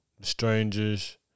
Strangers